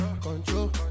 control